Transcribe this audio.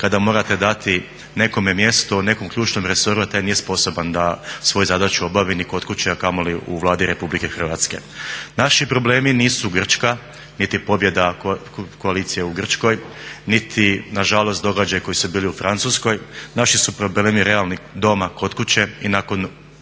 kada morate dati nekome mjesto u nekom ključnom resoru, a taj nije sposoban da svoju zadaću obavi ni kod kuće, a kamoli u Vladi RH. Naši problemi nisu Grčka niti pobjeda koalicije u Grčkoj niti nažalost događaji koji su bili u Francuskoj, naši su problemi realni doma kod kuće i nakon